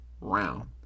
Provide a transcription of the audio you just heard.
round